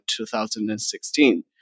2016